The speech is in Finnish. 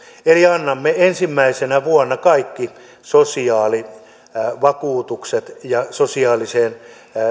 eli annamme ensimmäisenä vuonna kaikki sosiaalivakuutukset ja sosiaalisen